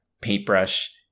paintbrush